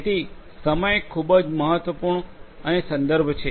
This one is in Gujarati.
તેથી સમય ખૂબ જ મહત્વપૂર્ણ અને સંદર્ભ છે